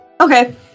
Okay